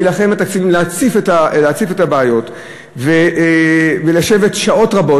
להילחם ולהציף את הבעיות ולשבת שעות רבות,